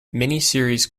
miniseries